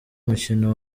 mukino